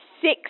six